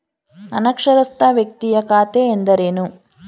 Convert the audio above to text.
ಅನಕ್ಷರಸ್ಥ ವ್ಯಕ್ತಿಯ ಖಾತೆ ಎಂದರೇನು?